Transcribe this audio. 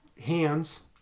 hands